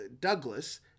Douglas